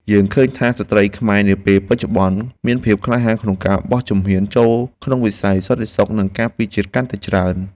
យើងឃើញថា ស្ត្រីខ្មែរនាពេលបច្ចុប្បន្នមានភាពក្លាហានក្នុងការបោះជំហានចូលក្នុងវិស័យសន្តិសុខ និងការពារជាតិកាន់តែច្រើន។